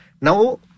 now